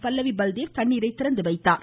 பல்லவி பல்தேவ் தண்ணீரை திறந்துவைத்தார்